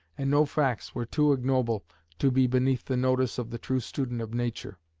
and no facts were too ignoble to be beneath the notice of the true student of nature.